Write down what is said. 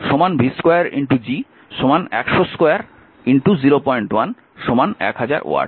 যেমন p 01 mho v2 G 2 01 1000 watt